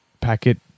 packet